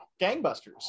gangbusters